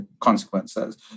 consequences